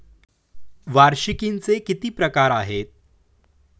वार्षिकींचे किती प्रकार आहेत?